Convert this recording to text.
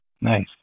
Nice